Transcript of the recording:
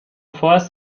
vorerst